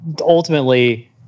ultimately